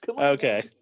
okay